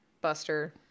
Buster